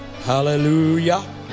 hallelujah